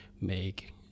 make